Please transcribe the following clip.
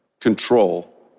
control